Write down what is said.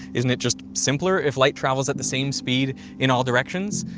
isn't it just simpler if light travels at the same speed in all directions?